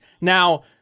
Now